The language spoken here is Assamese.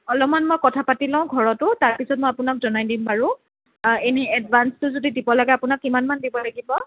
অলপমান মই কথা পাতি লওঁ ঘৰতো তাৰ পিছত মই আপোনাক জনাই দিম বাৰু এনেই এডভান্সটো যদি দিব লাগে আপোনাক কিমান মান দিব লাগিব